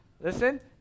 Listen